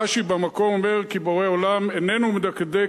רש"י במקום אומר כי בורא עולם איננו מדקדק